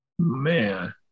Man